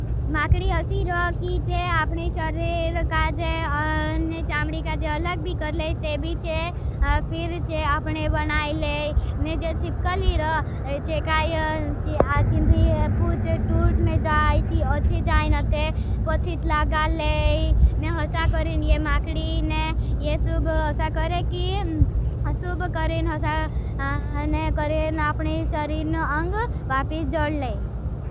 कुछ माकडी असीरोकी चे आपने शॉरेर काजे चामडी काजे अलग भी कर ले। तेबी चे फिर चे आपने वनाय ले ने। जे छिपकलीर चेकाइ ती अतिमद पूछे तूटने जाय ती अथी। जायन यं ते पच हिटला गाले सूब करें। अपने शरीन अंग वापिस जोड ले।